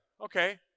Okay